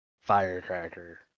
firecracker